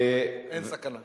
אין סכנה כזאת.